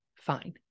Fine